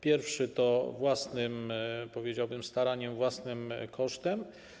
Pierwszy - własnym, powiedziałbym, staraniem, własnym kosztem.